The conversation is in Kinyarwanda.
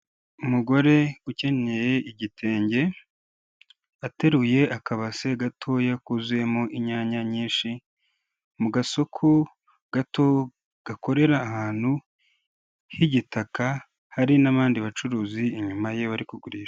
Umugore ukenyeye igitenge, ateruye akabase gatoya kuzuyemo inyanya nyinshi, mu gasoko gato gakorera ahantu h'igitaka, hari n'abandi bacuruzi inyuma ye bari kugurisha.